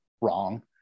wrong